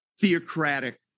theocratic